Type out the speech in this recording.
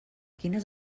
quines